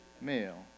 male